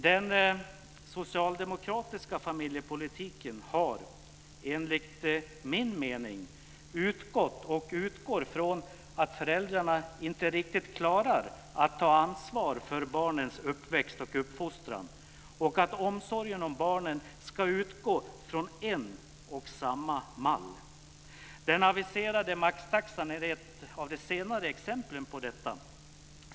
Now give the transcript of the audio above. Den socialdemokratiska familjepolitiken har, enligt min mening, utgått och utgår från att föräldrarna inte riktigt klarar att ta ansvar för barnens uppväxt och uppfostran och att omsorgen om barnen ska utgå från en och samma mall. Den aviserade maxtaxan är ett av de senare exemplen på detta.